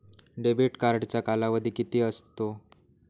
Debit कार्डचा कालावधी किती असतो?